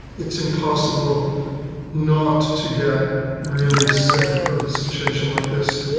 it's impossible not to get really sick of a situation like this.